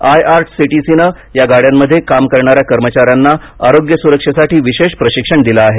IRCTC नं या गाड्यांमध्ये काम करणाऱ्या कर्मचाऱ्यांना आरोग्य सुरक्षेसाठी विशेष प्रशिक्षण दिलं आहे